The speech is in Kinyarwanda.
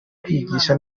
kwigisha